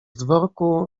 dworku